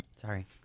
Sorry